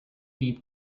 deep